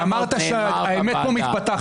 חבר הכנסת סעדה, אמרת שהאמת פה מתפתחת.